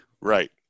Right